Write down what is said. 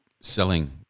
selling